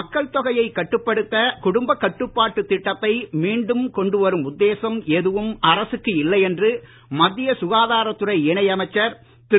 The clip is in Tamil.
மக்கள்தொகையை கட்டுப்படுத்த குடும்ப கட்டுப்பாட்டுத் திட்டத்தை மீண்டும் கொண்டு வரும் உத்தேசம் எதுவும் அரசுக்கு இல்லை என்று மத்திய சுகாதாரத்துறை இணை அமைச்சர் திரு